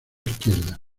izquierda